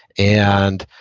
and